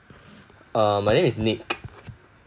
uh my name is nick